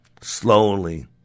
Slowly